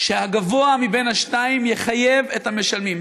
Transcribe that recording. שהגבוה מבין השניים יחייב את המשלמים,